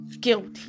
Guilty